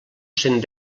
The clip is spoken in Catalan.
cent